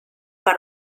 per